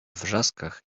wrzaskach